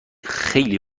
خیلی